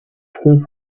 front